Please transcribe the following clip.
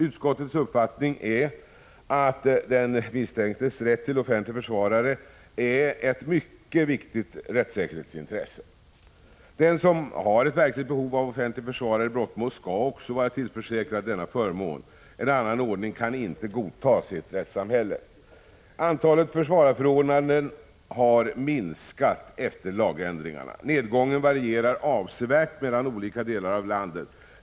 Utskottets uppfattning är att den misstänktes rätt till offentlig försvarare är ett mycket viktigt rättssäkerhetsintresse. Den som har ett verkligt behov av offentlig försvarare i brottmål skall också vara tillförsäkrad denna förmån. En annan ordning kan inte godtas i ett rättssamhälle. Antalet försvararförordnanden har minskat efter lagändringarna. Nedgången varierar avsevärt mellan olika delar av landet.